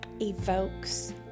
evokes